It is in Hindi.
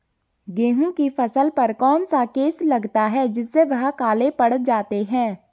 गेहूँ की फसल पर कौन सा केस लगता है जिससे वह काले पड़ जाते हैं?